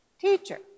Teacher